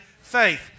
Faith